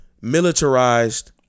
Militarized